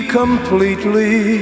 completely